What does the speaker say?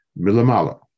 milamala